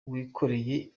wikoreye